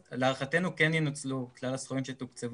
אז להערכתנו כן ינוצלו כלל הסכומים שתוקצבו.